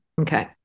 Okay